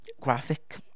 graphic